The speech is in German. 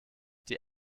die